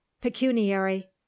pecuniary